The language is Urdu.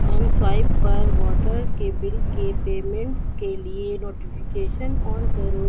ایم سوائیپ پر واٹر کے بل کی پیمنٹس کے لیے نوٹیفیکیشن آن کرو